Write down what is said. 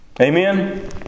Amen